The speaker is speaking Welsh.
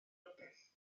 rewgell